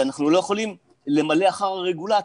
ואנחנו לא יכולים למלא אחר הרגולציה.